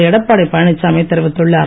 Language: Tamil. எடப்பாடி பழனிச்சாமி தெரிவித்துள்ளார்